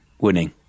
winning